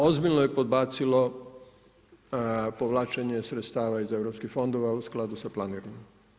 Ozbiljno je podbacilo povlačenje sredstava iz EU fondova u skladu sa planiranim.